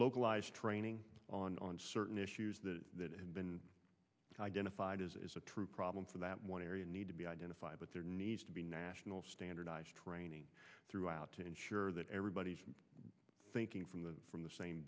localized training on certain issues that that have been identified is a true problem for that one area need to be identified but there needs to be national standardized training throughout to ensure that everybody's thinking from the from the same